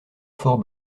fort